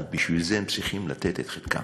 אבל בשביל זה הם צריכים לתת את חלקם.